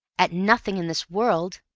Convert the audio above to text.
at nothing in this world,